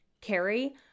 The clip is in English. Carrie